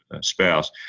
spouse